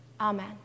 Amen